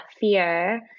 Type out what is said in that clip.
fear